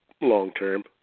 long-term